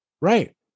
Right